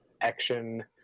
Action